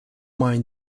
mind